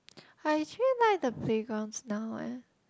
I actually like the playgrounds now eh